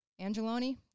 Angeloni